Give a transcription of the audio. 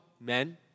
men